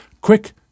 quick